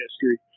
history